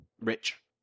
Rich